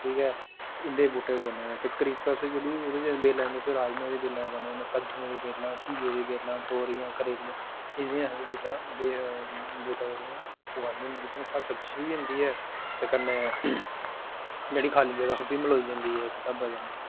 ठीक ऐ बस इं'दे बूह्टे बने ते करिपस जेह्ड़ी ओह्दे च बेलां राजमांह् दियां बेलां उगाने होने कद्दु दियां बेलां घीये दियां बेलां तोरियां करेले इस किस्म दियां बेलां जेह्ड़िया उगाने होने जि'त्थें घर सब्जी होई जंदी ऐ ते कन्नै जेह्ड़ी खा'ल्ली जगह् ओह् बी मलोई जंदी इक स्हाबै कन्नै